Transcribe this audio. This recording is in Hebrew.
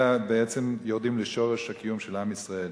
אלא בעצם יורדים לשורש הקיום של עם ישראל.